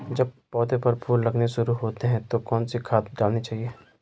जब पौधें पर फूल लगने शुरू होते हैं तो कौन सी खाद डालनी चाहिए?